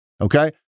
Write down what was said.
Okay